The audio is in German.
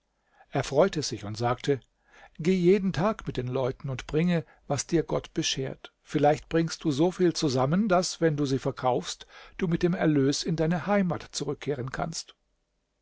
er freute sich und sagte geh jeden tag mit den leuten und bringe was dir gott beschert vielleicht bringst du so viel zusammen daß wenn du sie verkaufst du mit dem erlös in deine heimat zurückkehren kannst